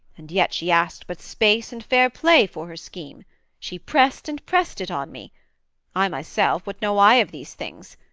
and yet she asked but space and fairplay for her scheme she prest and prest it on me i myself, what know i of these things?